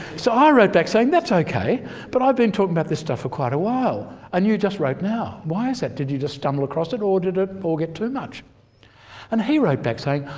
so i wrote back saying, that's okay, but i've been talking about this stuff for quite a while and you just wrote now. why is that? did you just stumble across it or did it just get too much and he wrote back saying,